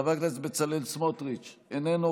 חבר הכנסת בצלאל סמוטריץ' איננו,